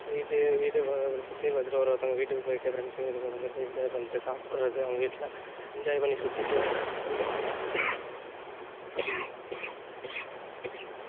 வீட்டு வீட்டு பக்கம் சுற்றி பார்த்துட்டு ஒரு ஒருத்தங்க வீட்டுக்கு போயிட்டு ஃப்ரெண்ட்ஸுங்க வீட்டுக்குலாம் போயிட்டு என்ஜாய் பண்ணிட்டு சாப்பிட்றது அவங்க வீட்டில் என்ஜாய் பண்ணி சுற்றிட்டு அப்படியே